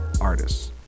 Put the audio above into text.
artists